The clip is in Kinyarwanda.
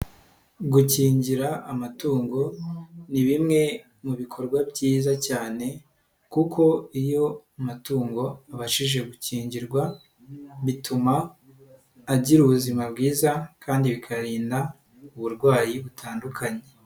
Gukingira amatungo ni bimwe mu bikorwa byiza cyane kuko iyo amatungo abashije gukingirwa, bituma agira ubuzima bwiza kandi bikayarinda uburwayi butandukanye.